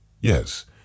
yes